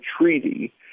treaty